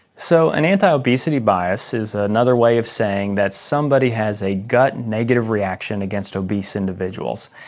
so an anti-obesity bias is another way of saying that somebody has a gut negative reaction against obese individuals.